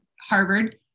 Harvard